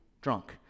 drunk